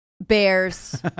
Bears